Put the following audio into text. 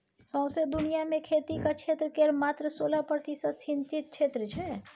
सौंसे दुनियाँ मे खेतीक क्षेत्र केर मात्र सोलह प्रतिशत सिचिंत क्षेत्र छै